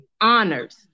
honors